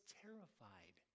terrified